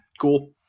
cool